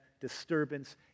disturbance